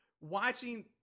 watching